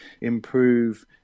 improve